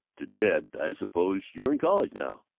to ted i suppose you're in college now?